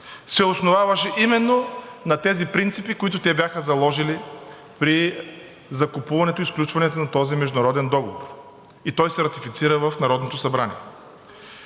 се основаваше именно на тези принципи, които те бяха заложили при закупуването и сключването на този международен договор, и той се ратифицира в Народното събрание.